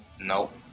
Nope